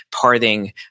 parting